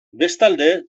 bestalde